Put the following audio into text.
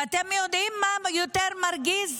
ואתם יודעים מה יותר מרגיז?